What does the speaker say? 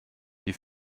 die